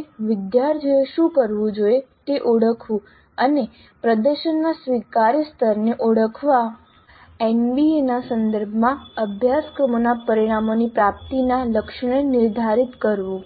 NBA ના સંદર્ભમાં અભ્યાસક્રમના પરિણામો પ્રાપ્ત કરવા માટે વિદ્યાર્થીઓએ શું કરવું જોઈએ તે ઓળખવું અને પ્રદર્શનના સ્વીકાર્ય સ્તરને ઓળખવા એનબીએના સંદર્ભમાં અભ્યાસક્રમોના પરિણામોની પ્રાપ્તિના લક્ષ્યોને નિર્ધારિત કરવું